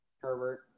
Herbert